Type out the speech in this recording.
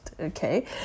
Okay